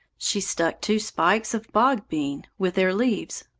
she stuck two spikes of bog-bean, with their leaves,